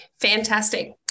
Fantastic